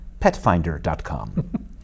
PetFinder.com